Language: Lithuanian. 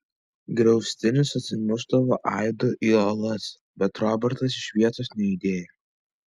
griaustinis atsimušdavo aidu į uolas bet robertas iš vietos nejudėjo